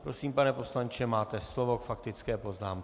Prosím, pane poslanče, máte slovo k faktické poznámce.